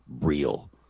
real